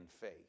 faith